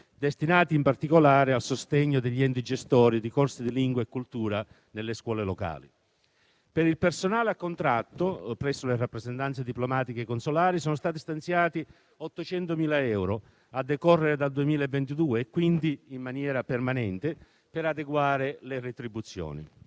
destinati in particolare al sostegno degli enti gestori di corsi di lingua e cultura nelle scuole locali. Per il personale a contratto presso le rappresentanze diplomatiche e consolari sono stati stanziati 800.000 euro a decorrere dal 2022, quindi in maniera permanente, per adeguare le retribuzioni.